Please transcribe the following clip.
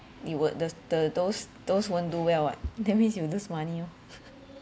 they were the the those those won't do well what that means you will lose money oh